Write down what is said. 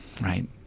Right